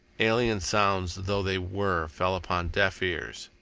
alien sounds though they were, fell upon deaf ears.